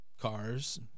cars